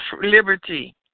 liberty